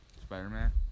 Spider-Man